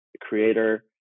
creator